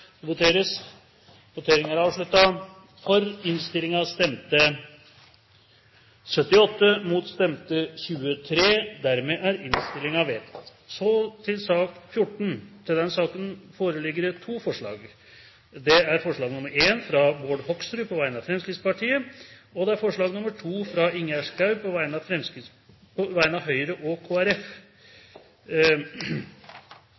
Det voteres alternativt mellom dette forslaget og komiteens innstilling. Under debatten er det satt fram to forslag. Det er forslag nr. 1, fra Bård Hoksrud på vegne av Fremskrittspartiet forslag nr. 2, fra Ingjerd Schou på vegne av Høyre og